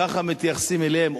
ככה מתייחסים אליהם,